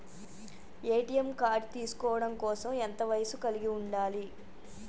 ATM card తీసుకోవడం కోసం ఎంత వయస్సు కలిగి ఉండాలి?